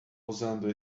usando